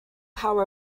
power